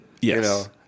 Yes